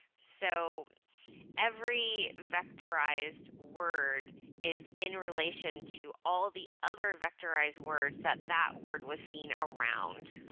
so every vectorized word is in relation to all the other vectorized words that that word was seen around.